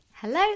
Hello